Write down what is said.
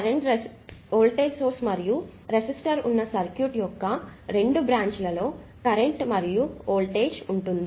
కాబట్టి voltage source మరియు resistor ఉన్న సర్క్యూట్ యొక్క రెండు బ్రాంచ్ లో కరెంట్ మరియు వోల్టేజ్ ఉంటుంది